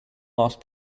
last